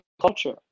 culture